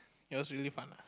it was really fun lah